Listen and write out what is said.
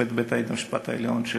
שופט בית-המשפט העליון,